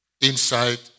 Inside